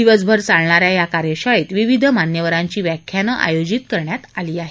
दिवसभर चालणाऱ्या या कार्यशाळेत विविध मान्यवरांची व्याख्यानं आयोजित करण्यात आली आहेत